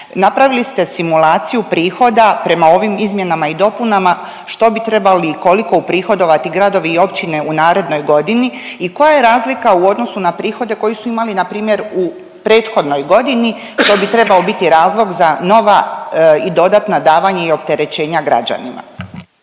Napravili ste simulaciju prihoda prema ovim izmjenama i dopunama, što bi trebali i koliko uprihodovati gradovi i općine u narednoj godini i koja je razlika u odnosu na prihode koje su imali, npr. u prethodnoj godini, što bi trebao biti razlog za nova i dodatna davanja i opterećenja građanima.